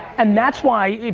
and that's why,